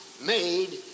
made